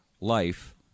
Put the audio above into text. life